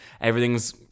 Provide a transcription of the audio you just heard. Everything's